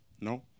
No